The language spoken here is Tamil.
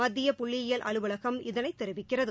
மத்திய புள்ளியியல் அலுவலகம் இதனைத் தெரிவிக்கிறது